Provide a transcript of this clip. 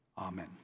Amen